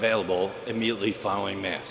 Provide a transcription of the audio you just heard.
available immediately following ma